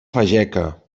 fageca